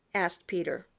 asked peter.